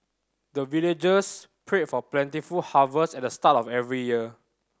the villagers pray for plentiful harvest at the start of every year